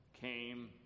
came